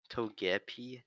Togepi